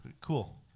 Cool